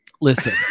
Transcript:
Listen